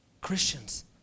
Christians